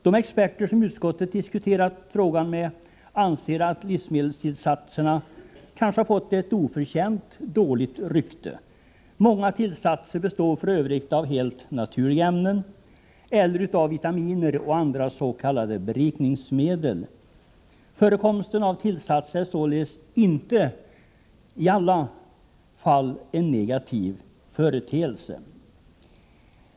De experter som utskottet diskuterat frågan med anser att livsmedelstillsatserna kanske har fått ett oförtjänt dåligt rykte. Många tillsatser består f.ö. av helt naturliga ämnen eller av vitaminer och andra s.k. berikningsmedel. Förekomst av tillsatser är således inte i alla fall en negativ företeelse.